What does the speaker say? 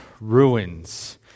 ruins